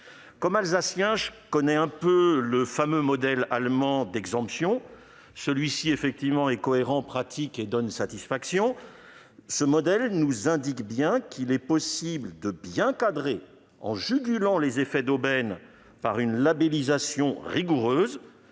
Comme alsacien, je connais un peu le fameux modèle allemand d'exemption : celui-ci est effectivement cohérent, pratique et donne satisfaction. Ce modèle nous montre qu'il est possible de bien cadrer, en jugulant les effets d'aubaine par une labellisation rigoureuse,